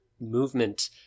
movement